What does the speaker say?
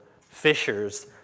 fishers